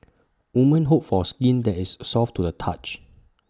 women hope forth in that is soft to the touch